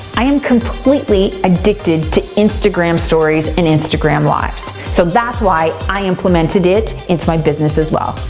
i am completely addicted to instagram stories and instagram live's, so that's why i implemented it into my business as well.